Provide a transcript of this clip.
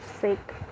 sick